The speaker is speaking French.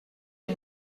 les